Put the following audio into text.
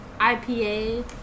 IPA